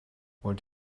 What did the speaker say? wollt